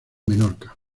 menorca